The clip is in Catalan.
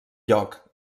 lloc